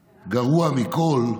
גרוע, מכול,